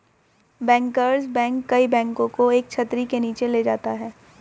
bankers bank कई बैंकों को एक छतरी के नीचे ले जाता है